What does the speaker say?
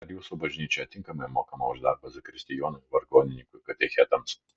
ar jūsų bažnyčioje tinkamai mokama už darbą zakristijonui vargonininkui katechetams